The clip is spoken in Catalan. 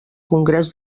congrés